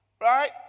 right